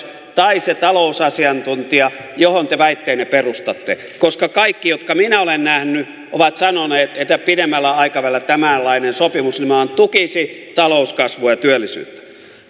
tai se talousasiantuntija johon te väitteenne perustatte koska kaikki jotka minä olen nähnyt ovat sanoneet että pidemmällä aikavälillä tämänlainen sopimus nimenomaan tukisi talouskasvua ja työllisyyttä